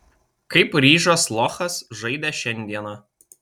kaip ryžas lochas žaidė šiandieną